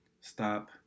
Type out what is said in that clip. stop